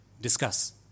Discuss